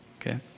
okay